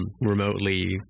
remotely